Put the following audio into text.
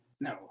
no